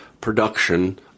production